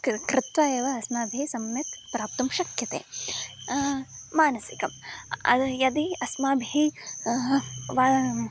कृ कृत्वा एव अस्माभिः सम्यक् प्राप्तुं शक्यते मानसिकं यदि अस्माभिः वा